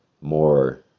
More